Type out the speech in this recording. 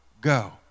go